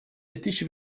достичь